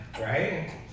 right